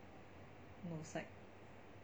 no psych